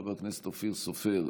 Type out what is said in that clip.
חבר הכנסת אופיר סופר,